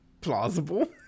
plausible